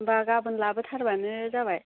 होनबा गाबोन लाबो थारबानो जाबाय